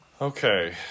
okay